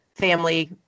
Family